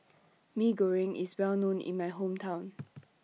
Mee Goreng IS Well known in My Hometown